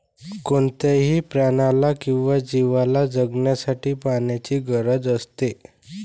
कोणत्याही प्राण्याला किंवा जीवला जगण्यासाठी पाण्याची गरज असते